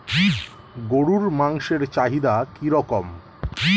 গরুর মাংসের চাহিদা কি রকম?